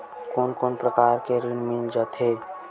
कोन कोन प्रकार के ऋण मिल जाथे?